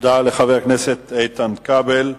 תודה לחבר הכנסת איתן כבל.